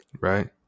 Right